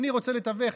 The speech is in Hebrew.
אני רוצה לתווך.